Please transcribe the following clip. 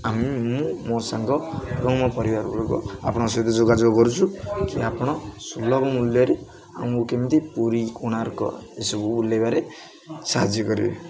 ଆମେ ମୁଁ ମୋ ସାଙ୍ଗ ଏବଂ ମୋ ପରିବାର ଗୁଡ଼ିକ ଆପଣଙ୍କ ସହିତ ଯୋଗାଯୋଗ କରୁଛୁ କି ଆପଣ ସୁଲଭ ମୂଲ୍ୟରେ ଆମକୁ କେମିତି ପୁରୀ କୋଣାର୍କ ଏସବୁ ଓଲ୍ହେଇବାରେ ସାହାଯ୍ୟ କରିବେ